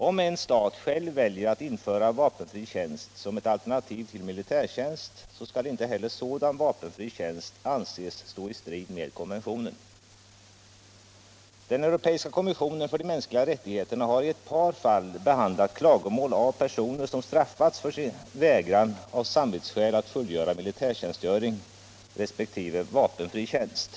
Om en stat själv väljer att införa vapenfri tjänst som ett alternativ till militärtjänst, så skall inte heller sådan vapenfri tjänst anses stå i strid med konventionen. Den europeiska kommissionen för de mänskliga rättigheterna har i ett par fall behandlat klagomål av personer som straffats för sin vägran att av samvetsskäl fullgöra militärtjänstgöring resp. vapenfri tjänst.